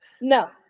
No